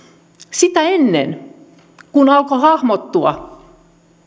sitä ennen alkoi hahmottua